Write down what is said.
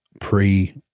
pre